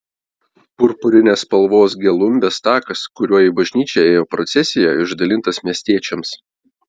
purpurinės spalvos gelumbės takas kuriuo į bažnyčią ėjo procesija išdalintas miestiečiams